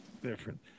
Different